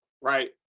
right